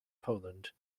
poland